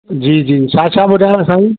जी जी छा छा ॿुधायांव साईं